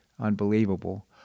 Unbelievable